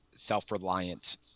self-reliant